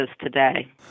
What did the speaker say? today